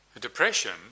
Depression